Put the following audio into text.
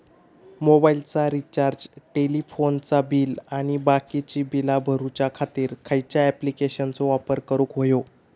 मोबाईलाचा रिचार्ज टेलिफोनाचा बिल आणि बाकीची बिला भरूच्या खातीर खयच्या ॲप्लिकेशनाचो वापर करूक होयो?